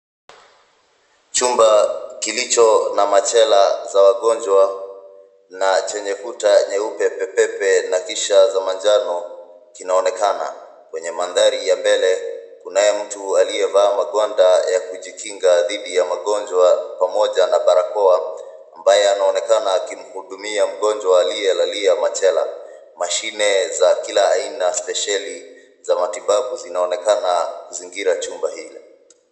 Chumba kilicho na machela za wagonjwa na chenye kuta nyeupe pepepe na kisha za manjano kinaonekana. Kwenye mandhari ya mbele kunaye mtu aliyevaa magwanda ya kujikinga dhidi ya magonjwa pamoja na barakoa, ambaye anaonekana akimhudumia mgonjwa aliyelalia machela. Mashine za kila aina spesheli za matibabu zinaonekana kuzingira chumba ile.